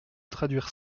traduire